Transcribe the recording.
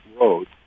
Road